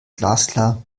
glasklar